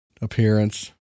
appearance